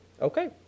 okay